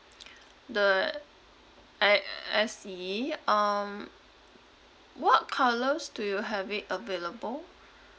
the uh s e um what colours do you have it available